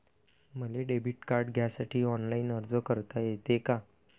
मले debit card घ्यासाठी online अर्ज करता येते का?